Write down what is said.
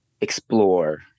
explore